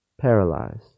Paralyzed